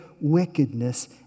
wickedness